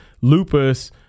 lupus